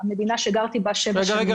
המדינה שגרתי בה שבע שנים --- רגע,